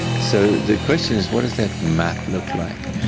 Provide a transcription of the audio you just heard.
so the question is what does that map look like.